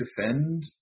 defend